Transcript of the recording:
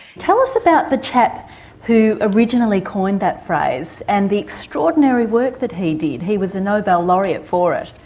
tell us about the chap who originally coined that phrase and the extraordinary work that he did. he was a nobel laureate for it.